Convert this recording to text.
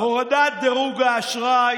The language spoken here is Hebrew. הורדת דירוג האשראי